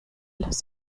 las